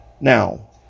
Now